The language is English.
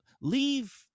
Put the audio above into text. leave